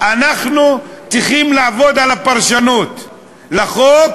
אנחנו צריכים לעבוד על הפרשנות לחוק,